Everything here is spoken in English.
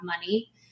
money